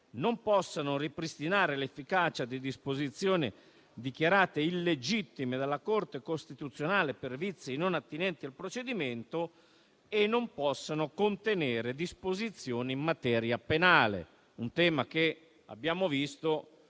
non possano ripristinare l'efficacia di disposizioni dichiarate illegittime dalla Corte costituzionale per vizi non attinenti al procedimento e non possano contenere disposizioni in materia penale. Questo tema, come abbiamo visto,